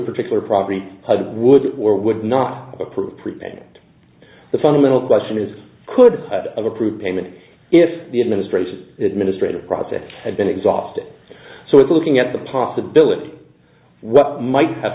particular property would or would not approve prevent the fundamental question is could approve payment if the administration administrative process had been exhausted so it's looking at the possibility of what might have